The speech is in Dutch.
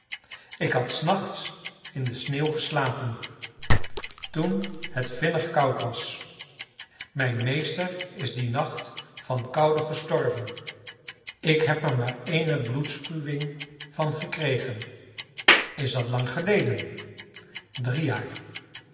ik had s nachts in de sneeuw geslapen toen het vinnig koud was mijn meester is dien nacht van koude gestorven ik heb er maar eene bloedspuwing van gekregen is dat lang geleden drie jaar